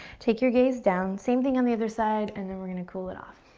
take your gaze down. same thing on the other side, and then we're gonna cool it off.